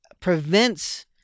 prevents